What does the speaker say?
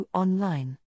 online